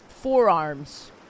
Forearms